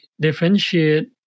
differentiate